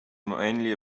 mainly